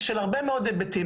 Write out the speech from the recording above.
של הרבה מאוד היבטים.